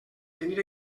tenir